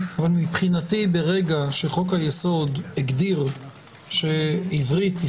אבל מבחינתי ברגע שחוק היסוד הגדיר שעברית היא